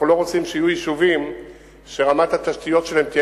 אנחנו לא רוצים שיהיו יישובים שרמת התשתיות שלהם תהיה